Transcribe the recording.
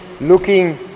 looking